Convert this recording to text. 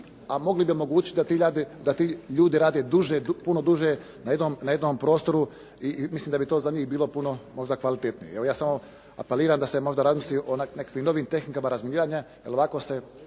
a mogli bi omogućiti da ti ljudi rade duže, puno duže na jednom prostoru i mislim da bi to za njih bilo puno možda kvalitetnije. Evo ja samo apeliram da se možda razmisli o nekakvim novim tehnikama razminiranja, jer ovako se,